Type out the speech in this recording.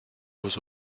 was